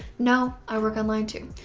no i work online, too,